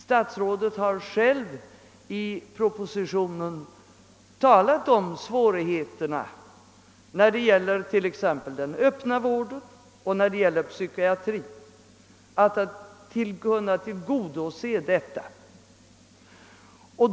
Statsrådet har själv i propositionen talat om svårigheterna att tillgodose detta önskemål när det gäller t.ex. den öppna vården och psykiatrin.